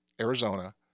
Arizona